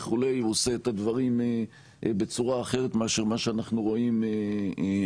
וכו' הוא עושה את הדברים בצורה אחרת מאשר מה שאנחנו רואים היום.